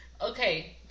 Okay